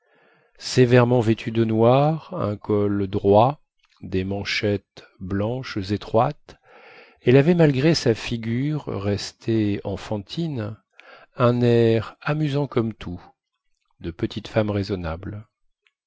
sévèrement vêtue de noir un col droit des manchettes blanches étroites elle avait malgré sa figure restée enfantine un air amusant comme tout de petite femme raisonnable